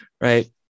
Right